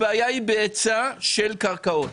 הבעיה היא בהיצע של קרקעות.